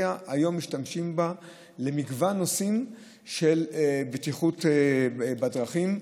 היום משתמשים בטכנולוגיה למגוון נושאים של בטיחות בדרכים,